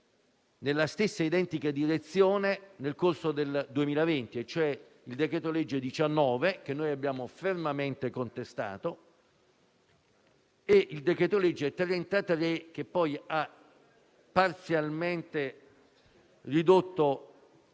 nella stessa identica direzione nel corso del 2020, e cioè il decreto-legge n. 19, che noi abbiamo fermamente contestato, e il decreto-legge n. 33, che ha parzialmente ridotto i